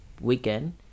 weekend